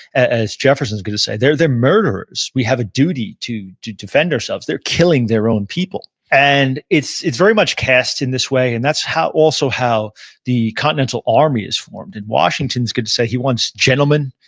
as jefferson's going to say, they're they're murderers. we have a duty to to defend ourselves. they're killing their own people. and it's it's very much cast in this way, and that's also how the continental army is formed, and washington's going to say he wants gentlemen,